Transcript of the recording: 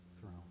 throne